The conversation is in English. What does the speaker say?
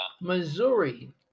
Missouri